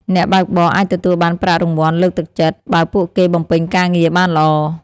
អ្នកបើកបរអាចទទួលបានប្រាក់រង្វាន់លើកទឹកចិត្ត បើពួកគេបំពេញការងារបានល្អ។